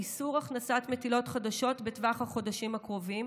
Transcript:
באיסור הכנסת מטילות חדשות בטווח החודשים הקרובים,